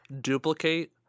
duplicate